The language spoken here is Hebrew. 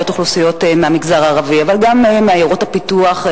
נדמה לי שבפעם הראשונה שר חינוך,